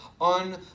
on